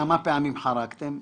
כמה פעמים חרגתם?